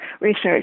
research